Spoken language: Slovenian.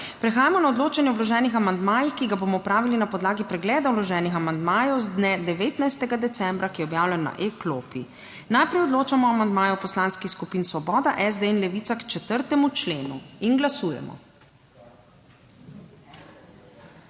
Prehajamo na odločanje o vloženih amandmajih, ki ga bomo opravili na podlagi pregleda vloženih amandmajev z dne 19. decembra, ki je objavljen na e-klopi. Najprej odločamo o amandmaju poslanskih skupin svoboda, SD in Levica k 4. členu. Glasujemo.